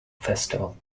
festival